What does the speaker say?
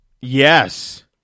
Yes